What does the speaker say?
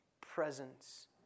presence